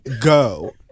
go